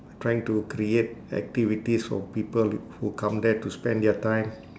trying to create activities for people w~ who come there to spend their time